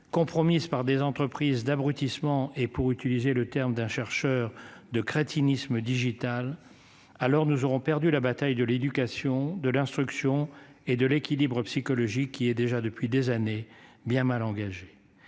compromise par des entreprises d'abrutissement et pour utiliser le terme d'un chercheur de crétinisme digital. Alors nous aurons perdu la bataille de l'éducation de l'instruction et de l'équilibre psychologique qui est déjà depuis des années, bien mal engagée.